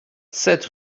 sept